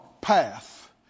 path